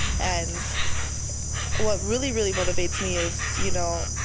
and what really, really motivates me is you know,